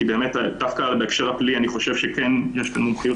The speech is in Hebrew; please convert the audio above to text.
כי דווקא בהקשר הפלילי אני חושב שיש מומחיות